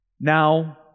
now